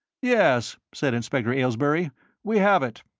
yes, said inspector aylesbury we have it.